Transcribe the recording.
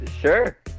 Sure